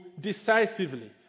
decisively